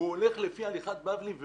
הוא הולך לפי הלכת בבלי,